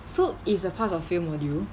so is a pass or fail module